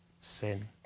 sin